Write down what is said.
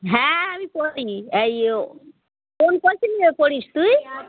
হ্যাঁ আমি পড়ি এই ও কোন কোচিংয়ে পড়িস তুই